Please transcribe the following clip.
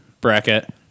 bracket